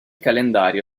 calendario